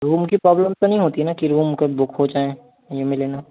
room की problem तो नि होती ना कि रूम कब बुक हो जाएँ या मिले न